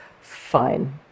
fine